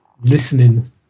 listening